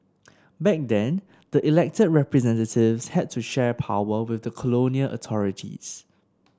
back then the elected representatives had to share power with the colonial authorities